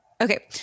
Okay